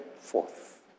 forth